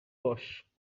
باش